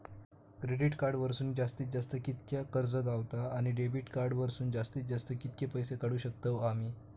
Credit card वरसून जास्तीत जास्त कितक्या कर्ज गावता, आणि डेबिट कार्ड वरसून जास्तीत जास्त कितके पैसे काढुक शकतू आम्ही?